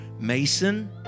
Mason